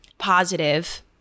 positive